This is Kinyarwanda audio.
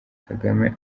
kagame